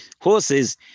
horses